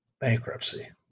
bankruptcy